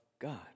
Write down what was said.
God